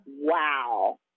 wow